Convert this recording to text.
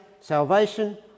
salvation